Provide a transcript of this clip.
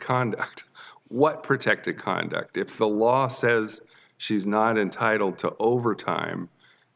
conduct what protected conduct if the law says she is not entitled to overtime